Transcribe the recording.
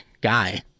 guy